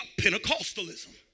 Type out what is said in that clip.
Pentecostalism